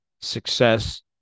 success